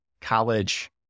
college